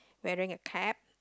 wearing a cap